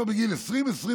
כבר בגיל 21-20,